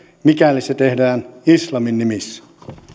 mikäli se tehdään islamin nimissä